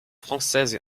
françaises